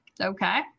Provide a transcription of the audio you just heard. Okay